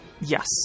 Yes